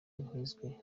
nkizwe